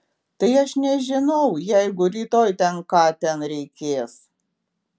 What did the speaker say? tai aš nežinau jeigu rytoj ten ką ten reikės